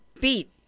beat